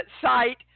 site